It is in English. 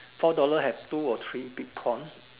four dollars have two or three big prawn